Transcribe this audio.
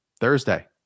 Thursday